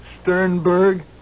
Sternberg